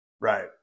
right